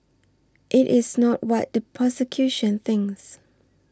it is not what the prosecution thinks